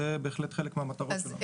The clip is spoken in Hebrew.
זה בהחלט חלק מהמטרות שלו.